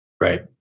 Right